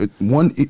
One